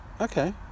Okay